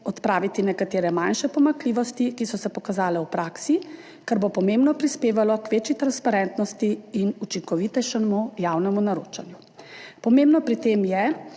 odpraviti nekatere manjše pomanjkljivosti, ki so se pokazale v praksi, kar bo pomembno prispevalo k večji transparentnosti in učinkovitejšemu javnemu naročanju. Pomembno pri tem je,